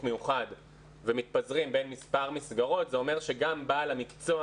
מיוחד ומתפזרים בין מספר מסגרות זה אומר ששם בעל המקצוע